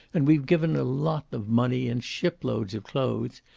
and we've given a lot of money and shiploads of clothes.